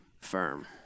firm